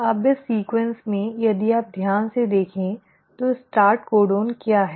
अब इस क्रम में यदि आप ध्यान से देखें तो स्टार्ट कोडन क्या है